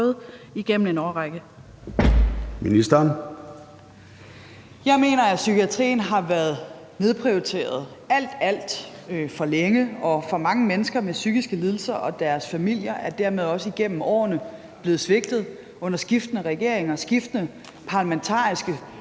Jeg mener, at psykiatrien har været nedprioriteret alt, alt for længe, og for mange mennesker med psykiske lidelser og deres familier er dermed også igennem årene blevet svigtet under skiftende regeringer, skiftende parlamentariske